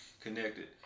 connected